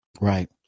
Right